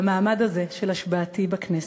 במעמד הזה של השבעתי בכנסת,